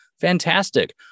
Fantastic